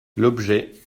l’objet